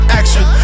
action